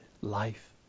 life